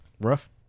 Rough